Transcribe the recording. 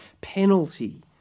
penalty